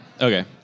Okay